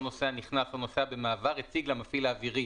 נוסע נכנס או נוסע במעבר הציג למפעיל האווירי